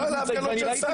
הוא בא להפגנות של סנדק.